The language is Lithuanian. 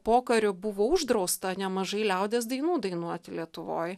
pokariu buvo uždrausta nemažai liaudies dainų dainuoti lietuvoj